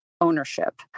ownership